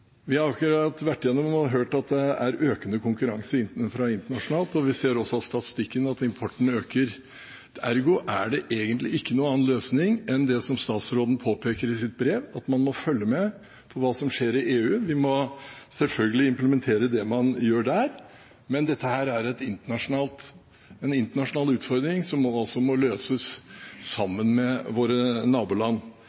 Vi har akkurat hørt at det er økende konkurranse internasjonalt, og vi ser også av statistikken at importen øker. Ergo er det egentlig ikke noen annen løsning enn det som statsråden påpeker i sitt brev, at man må følge med på hva som skjer i EU. Vi må selvfølgelig implementere det man gjør der, men dette er en internasjonal utfordring som vi må løse sammen med våre naboland.